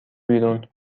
بیرون